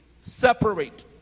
separate